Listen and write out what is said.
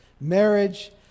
marriage